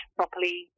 properly